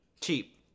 cheap